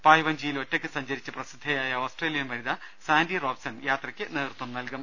പായ്വഞ്ചിയിൽ ഒറ്റയ്ക്ക് സഞ്ചരിച്ച് പ്രസിദ്ധയായ ഓസ്ട്രേലിയൻ വനിത സാൻഡി റോബ്സൻ യാത്രയ്ക്ക് നേതൃത്വം നൽകും